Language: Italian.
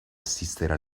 assistere